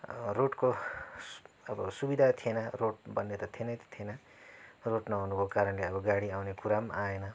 रोडको अब सुविधा थिएन रोड भन्ने त छँदै त थिएन रोड नहुनुको कारणले अब गाडी आउने कुरा पनि आएन